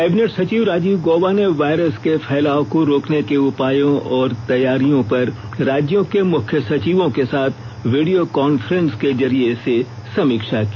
cabinet सचिव राजीव गौबा ने virus के फैलाव को रोकने के उपायों और तैयारियों पर राज्यों के मुख्य सचिवों के साथ वीडियो कांफ्रेंस के जरिए से समीक्षा की